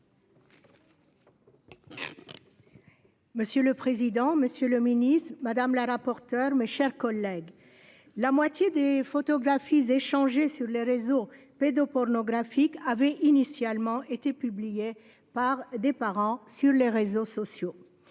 Monsieur le président, monsieur le garde des sceaux, mes chers collègues, la moitié des photographies échangées sur les réseaux pédopornographiques avaient initialement été publiées sur les réseaux sociaux